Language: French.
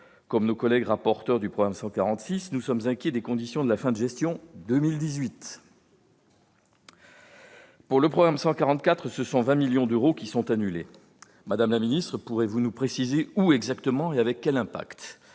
comme nos collègues rapporteurs pour avis du programme 146, nous sommes inquiets des conditions de la fin de gestion de 2018 : pour le programme 144, ce sont 20 millions d'euros qui sont annulés. Madame la ministre, pouvez-vous nous préciser où ces coupes seront